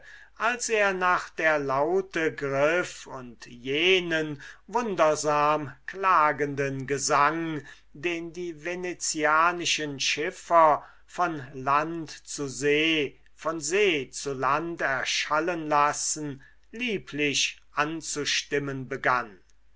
als er nach der laute griff und jenen wundersam klagenden gesang den die venezianischen schiffer von land zu see von see zu land erschallen lassen lieblich anzustimmen begann